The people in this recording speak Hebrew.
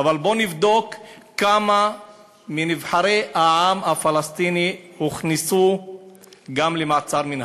אבל בואו נבדוק כמה מנבחרי העם הפלסטיני הוכנסו גם למעצר מינהלי.